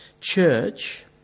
church